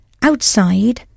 outside